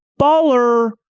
baller